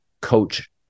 coach